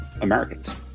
Americans